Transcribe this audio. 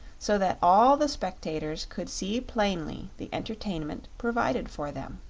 so that all the spectators could see plainly the entertainment provided for them.